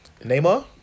Neymar